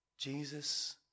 Jesus